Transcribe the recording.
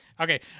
Okay